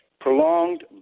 prolonged